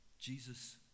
Jesus